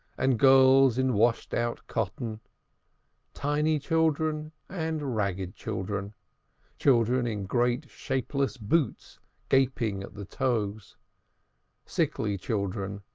and girls in washed-out cotton tidy children and ragged children children in great shapeless boots gaping at the toes sickly children,